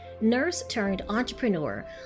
nurse-turned-entrepreneur